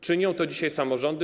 Czynią to dzisiaj samorządy.